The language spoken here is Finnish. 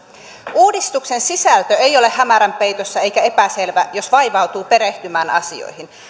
uudistuksen sisältö ei ole hämärän peitossa eikä epäselvä jos vaivautuu perehtymään asioihin